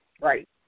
Right